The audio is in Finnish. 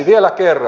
vielä kerran